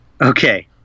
okay